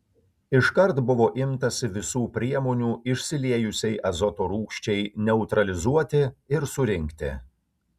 iškart buvo imtasi visų priemonių išsiliejusiai azoto rūgščiai neutralizuoti ir surinkti